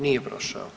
Nije prošao.